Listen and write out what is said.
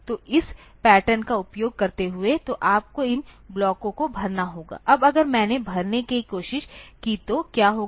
तो इस पैटर्न का उपयोग करते हुए तो आपको इन ब्लॉकों को भरना होगा अब अगर मैंने भरने की कोशिश की तो क्या होगा